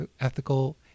ethical